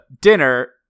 dinner